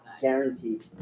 Guaranteed